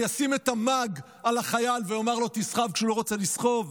אני אשים את המאג על החייל ואומר לו "סחב" כשהוא לא רוצה לסחוב?